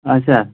اچھا